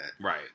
Right